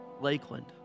Lakeland